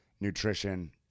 Nutrition